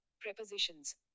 prepositions